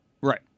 right